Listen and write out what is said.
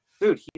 Dude